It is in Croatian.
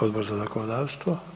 Odbor za zakonodavstvo?